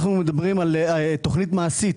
אנחנו מדברים על תוכנית מעשית.